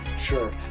sure